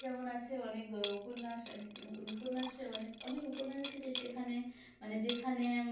যেমন আছে অনেক উপন্যাস ওই উপন্যাসে অনেক অনেক উপন্যাস আছে যে সেখানে মানে যেখানে